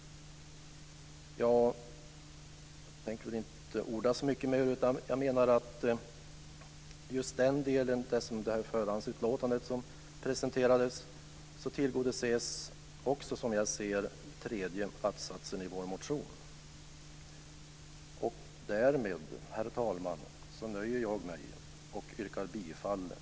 Jag ska inte orda så mycket mer om detta. Med det förhandsutlåtande som presenterats tillgodoses, som jag ser det, också den tredje att-satsen i vår motion. Jag nöjer mig slutligen med att yrka bifall till förslagen i betänkandet.